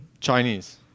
Chinese